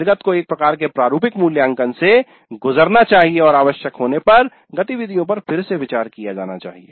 निर्गत को एक प्रकार के प्रारूपिक मूल्यांकन से गुजरना चाहिए और आवश्यक होने पर गतिविधियों पर फिर से विचार किया जाना चाहिए